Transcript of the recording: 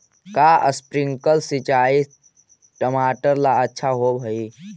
का स्प्रिंकलर सिंचाई टमाटर ला अच्छा होव हई?